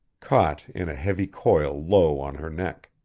caught in a heavy coil low on her neck.